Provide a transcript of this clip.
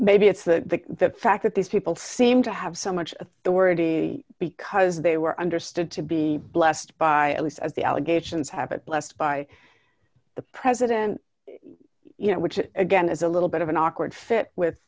maybe it's the fact that these people seem to have so much authority because they were understood to be blessed by at least of the allegations happened blessed by the president you know which again is a little bit of an awkward fit with